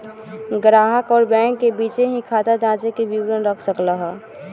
ग्राहक अउर बैंक के बीचे ही खाता जांचे के विवरण रख सक ल ह